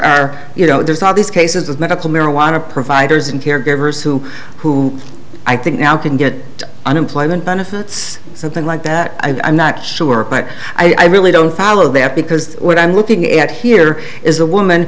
are you know there's all these cases of medical marijuana providers and caregivers who who i think now can get unemployment benefits something like that i'm not sure but i really don't follow that because what i'm looking at here is a woman